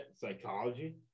psychology